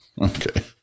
Okay